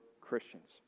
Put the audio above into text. Christians